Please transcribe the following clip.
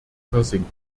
versinken